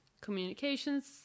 communications